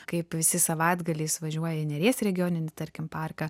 kaip visi savaitgaliais važiuoja į neries regioninį tarkim parką